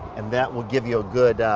and that will give you a good